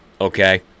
okay